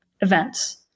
events